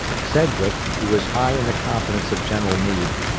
sedgwick, who was high in the confidence of general meade,